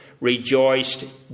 rejoiced